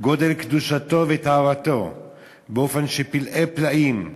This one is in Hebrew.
גודל קדושתו וטהרתו באופן של פלאי פלאים,